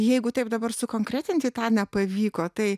jeigu taip dabar sukonkretinti tą nepavyko tai